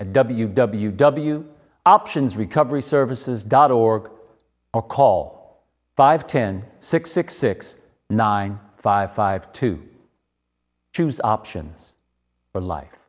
at w w w options recovery services dot org or call five ten six six six nine five five to choose options for life